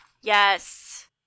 Yes